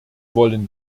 wollen